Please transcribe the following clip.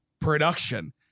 production